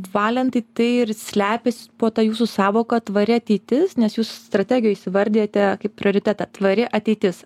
valentai tai ir slepiasi po ta jūsų sąvoka tvari ateitis nes jūsų strategijoj įsivardijate kaip prioritetą tvari ateitis